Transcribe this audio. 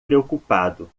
preocupado